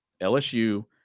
LSU